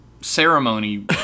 ceremony